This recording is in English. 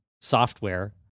software